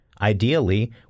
Ideally